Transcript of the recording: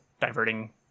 diverting